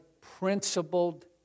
principled